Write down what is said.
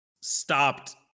stopped